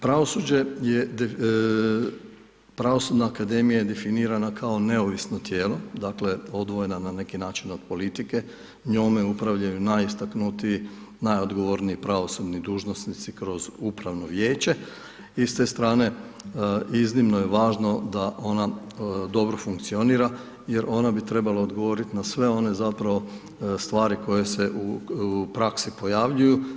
Pravosuđe je, pravosudna akademija je definirana kao neovisno tijelo, dakle, odvojena na neki način od politike, njome upravljaju najistaknutiji, najodgovorniji pravosudni dužnosnici kroz upravno vijeće i s te strane, iznimno je važno da ona dobro funkcionira, jer ona bi trebala odgovoriti na sve one zapravo stvari koje se u praski pojavljuju.